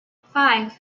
five